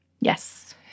Yes